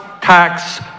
tax